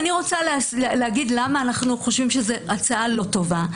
אנחנו חושבים שזאת הצעה לא טובה,